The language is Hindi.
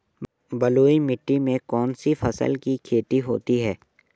बलुई मिट्टी में कौनसी फसल की खेती होती है?